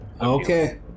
Okay